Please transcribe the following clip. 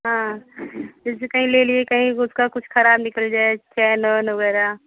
हाँ जैसे कहीं ले लिए कहीं उसका कुछ ख़राब निकल जाए चैन ओन वग़ैरह